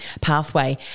pathway